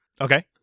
Okay